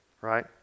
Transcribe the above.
right